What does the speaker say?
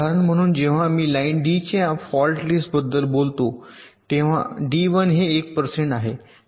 म्हणून जेव्हा मी लाइन D च्या फॉल्ट लिस्ट बद्दल बोलतो तेव्हा D हे 1 आहे